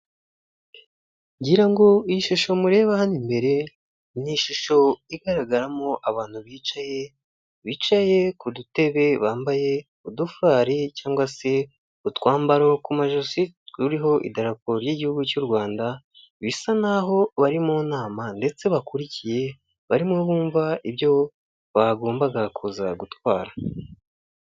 Ngira ngo iyi shusho mureba hano imbere ni ishusho igaragaramo abantu bicaye ,bicaye ku dutebe bambaye udufurari cyangwa se utwambaro ku majosi turiho idarapo ry'igihugu cy'u Rwanda bisa nkaho bari mu nama ndetse bakurikiye barimo bumva ibyo bagomba kuza gutwara .